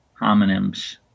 homonyms